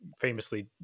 famously